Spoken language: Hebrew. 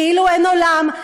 כאילו אין עולם.